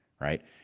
right